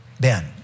Ben